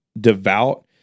devout